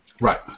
Right